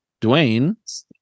Dwayne